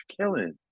killing